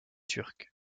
turcs